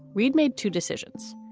reid made two decisions.